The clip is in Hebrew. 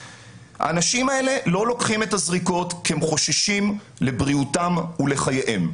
האנשים האלה לא לוקחים את הזריקות כי הם חוששים לבריאותם ולחייהם.